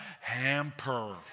hamper